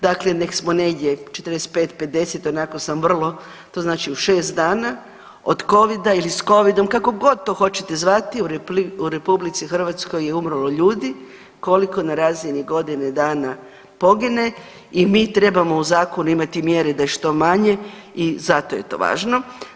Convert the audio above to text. Dakle, nek' smo negdje 45, 50 onako sam vrlo, to znači u šest dana od covida ili sa covidom kako god to hoćete zvati u Republici Hrvatskoj je umrlo ljudi koliko na razini godine dana pogine i mi trebamo u zakonu imati mjere da je što manje i zato je to važno.